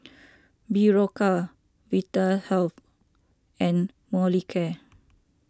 Berocca Vitahealth and Molicare